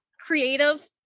creative